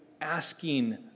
asking